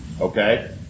okay